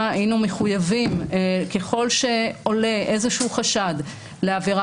היינו מחויבים ככל שעולה איזה חשד לעבירה